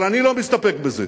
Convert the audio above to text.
אבל אני לא מסתפק בזה,